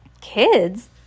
Kids